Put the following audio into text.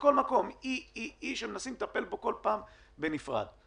יש אי שמנסים לטפל בו בנפרד;